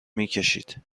میکشید